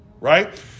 right